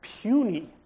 puny